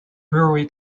brewery